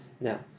Now